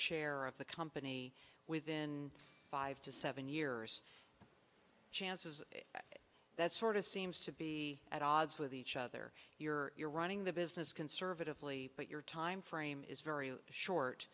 share of the company within five to seven years chances are that sort of seems to be at odds with each other you're you're running the business conservatively but your time frame is very short